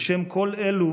לשם כל אלו